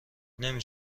نمی